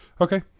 Okay